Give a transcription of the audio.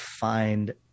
find